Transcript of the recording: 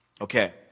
Okay